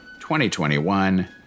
2021